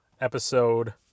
episode